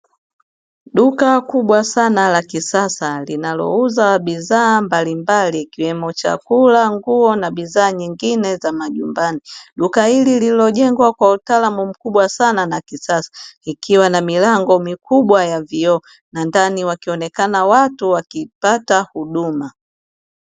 Duka kubwa sana la kisasa linalouza bidhaa mbalimbali ikiwemo chakula, nguo na bidhaa nyingine za majumbani. Duka hili lililojengwa kwa utaalmu mkubwa sana na kisasa ikiwa na milango mikubwa ya vioo na ndani wakionekana watu wakipata huduma.